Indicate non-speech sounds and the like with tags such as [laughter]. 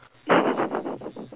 [laughs]